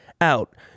out